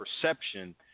perception